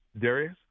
Darius